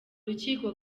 rukiko